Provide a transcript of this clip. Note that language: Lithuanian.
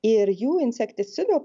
ir jų insekticidų